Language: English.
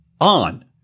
on